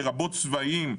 לרבות צבאיים.